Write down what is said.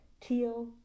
Teal